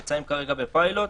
זה נמצא כרגע בפיילוט,